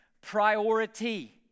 priority